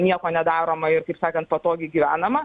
nieko nedaroma ir kaip sakant patogiai gyvenama